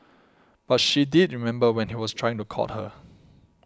but she did remember when he was trying to court her